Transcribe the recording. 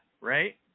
right